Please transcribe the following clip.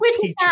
teacher